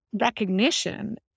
recognition